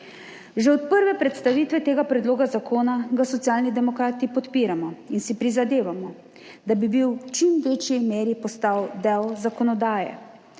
Že od prve predstavitve tega predloga zakona ga Socialni demokrati podpiramo in si prizadevamo, da bi bil v čim večji meri postal del zakonodaje.